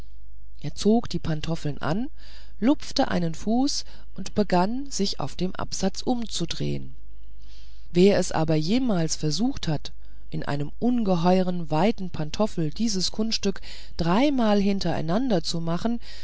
er zog die pantoffel an lupfte einen fuß und begann sich auf dem absatz umzudrehen wer es aber jemals versucht hat in einem ungeheuer weiten pantoffel dieses kunststück dreimal hintereinander zu machen